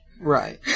Right